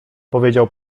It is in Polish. powiedział